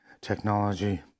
technology